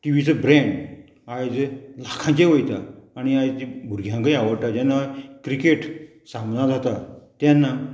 T वीचो brand आयज लाखांचे वयता आनी आयज ती भुरग्यांकय आवडटा जेन्ना क्रिकेट सामना जाता तेन्ना